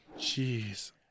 Jeez